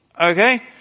Okay